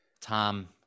Tom